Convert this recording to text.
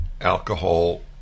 alcohol